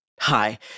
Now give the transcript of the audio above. hi